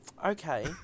okay